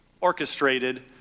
orchestrated